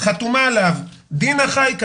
חתומה עליו דינה חלקה,